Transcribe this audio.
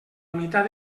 unitat